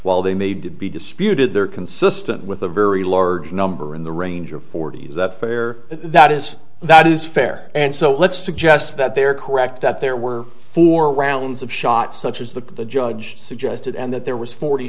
while they made to be disputed there consistent with a very large number in the range of forty is that fair that is that is fair and so let's suggest that they are correct that there were four rounds of shots such as that the judge suggested and that there was forty